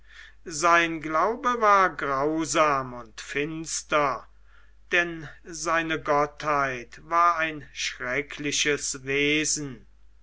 sein glaube war grausam und finster denn seine gottheit war ein schreckliches wesen